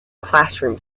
classroom